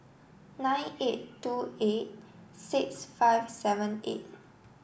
nine eight two eight six five seven eight